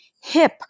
hip